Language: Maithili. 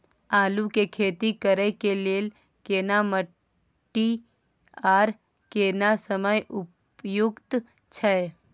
आलू के खेती करय के लेल केना माटी आर केना समय उपयुक्त छैय?